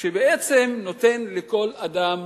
שנותנים לכל אדם